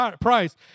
price